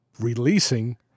releasing